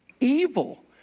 Evil